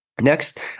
Next